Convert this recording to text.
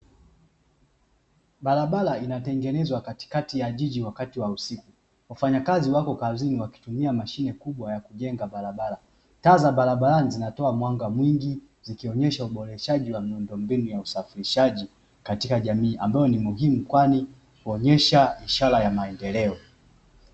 Barabara inatengenezwa katikati ya jiji wakati wa usiku, wafanyakazi wapo kazini wakitumia mashine kubwa ya kujenga barabara. Taa za barabarani zinatoa mwanga mwingi zikionyesha uboreshaji wa miundombinu ya usafirishaji katika jamii ambayo ni muhimu, kwani huonyesha ishara ya maendeleo.